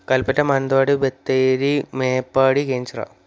Kalpetta Mananthavady Bathery Meppadi